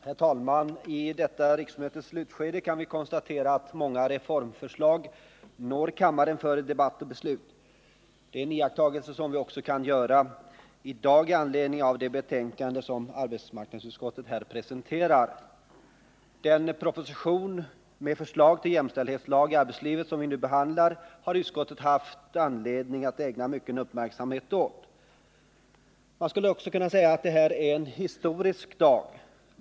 Herr talman! I detta riksmötes slutskede kan vi konstatera att många reformförslag når kammaren för debatt och beslut. Det är en iakttagelse som vi kan göra också i dag i anledning av det betänkande som arbetsmarknadsutskottet här presenterar. Den proposition med förslag tiil lag om jämställdhet i arbetslivet som vi nu behandlar har utskottet haft anledning att ägna mycken uppmärksamhet åt. Man skulle också kunna säga att detta är en historisk dag.